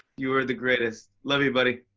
you are the greatest. love you, but